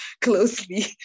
closely